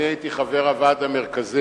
אני הייתי חבר הוועד המרכזי,